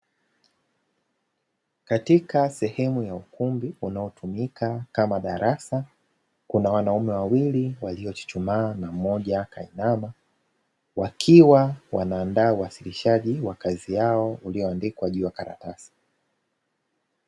Katika sehemu ya ukumbi unaotumika kama darasa, kuna wanaume wawili waliochuchumaa na mmoja kainama. Wakiwa wanaandaa uwasilishaji wa kazi yao waliyoiandaa juu ya karatasi.